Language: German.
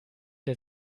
der